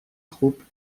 troupes